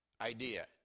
idea